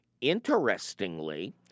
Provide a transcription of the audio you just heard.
Interestingly